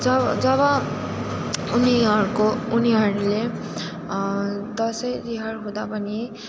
जब जब उनीहरूको उनीहरूले दसैँ तिहार हुँदा पनि